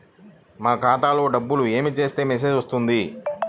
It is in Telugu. మన ఖాతాలో డబ్బులు ఏమి చేస్తే మెసేజ్ వస్తుంది?